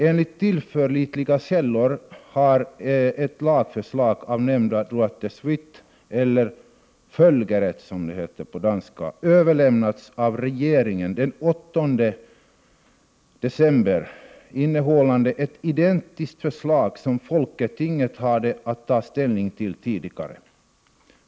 Enligt tillförlitliga källor har ett förslag om droit de suite — eller folgeret, som det heter på danska — överlämnats till regeringen den 8 december, innehållande ett förslag identiskt med det som folketinget hade att ta ställning till tidigare.